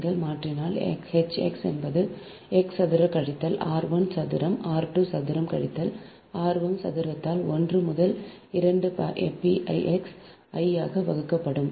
நீங்கள் மாற்றினால் H x என்பது x சதுர கழித்தல் r 1 சதுரம் r 2 சதுர கழித்தல் r 1 சதுரத்தால் 1 முதல் 2 pi x I ஆக வகுக்கப்படும்